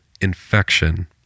infection